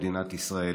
מדינת ישראל.